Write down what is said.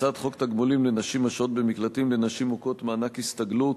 הצעת חוק תגמולים לנשים השוהות במקלטים לנשים מוכות (מענק הסתגלות),